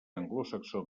anglosaxó